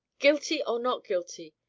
guilty, or not guilty,